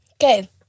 Okay